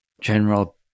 general